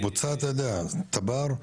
אתה יודע, בוצע, תב"ר,